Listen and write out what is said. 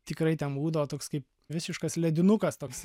tikrai ten būdavo toks kaip visiškas ledinukas toks